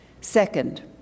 Second